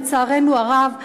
לצערנו הרב.